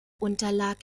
unterlag